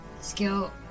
Skill